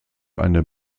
eine